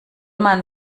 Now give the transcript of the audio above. man